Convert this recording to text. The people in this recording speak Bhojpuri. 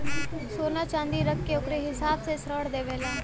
सोना च्नादी रख के ओकरे हिसाब से ऋण देवेला